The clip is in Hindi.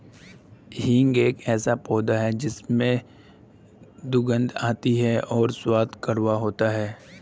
हींग एक ऐसा पौधा है जिसमें दुर्गंध आती है और स्वाद कड़वा होता है